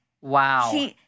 Wow